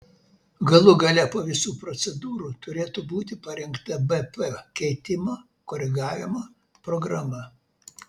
galų gale po visų procedūrų turėtų būti parengta bp keitimo koregavimo programa